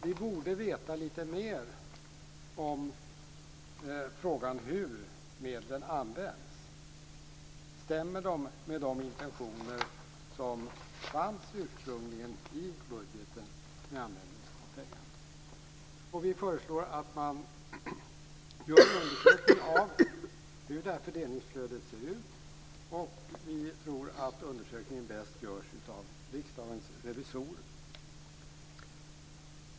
Man borde veta litet mer om frågan hur medlen används. Stämmer det med de intentioner som ursprungligen fanns i budgeten? Vi i Miljöpartiet föreslår att man gör en undersökning av hur fördelningsflödet ser ut, och vi tror att undersökningen bäst görs av Riksdagens revisorer.